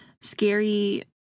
scary